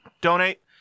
Donate